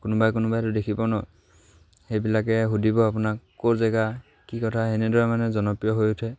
কোনোবাই কোনোবাইতো দেখিব ন সেইবিলাকে সুধিব আপোনাক ক'ৰ জেগা কি কথা সেনেদৰে মানে জনপ্ৰিয় হৈ উঠে